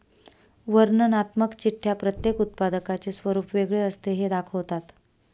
वर्णनात्मक चिठ्ठ्या प्रत्येक उत्पादकाचे स्वरूप वेगळे असते हे दाखवतात